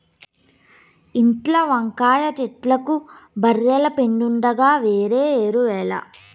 ఇంట్ల వంకాయ చెట్లకు బర్రెల పెండుండగా వేరే ఎరువేల